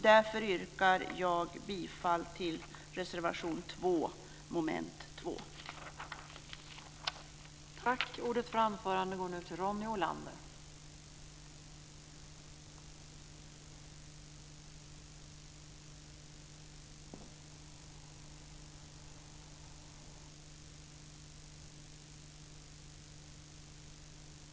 Därför yrkar jag bifall till reservation 2 under mom. 2.